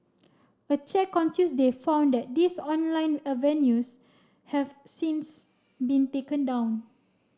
a check on Tuesday found that these online avenues have since been taken down